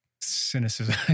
cynicism